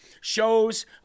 shows